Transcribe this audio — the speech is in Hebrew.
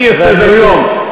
לי יש סדר-יום,